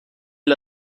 l’a